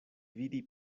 vidi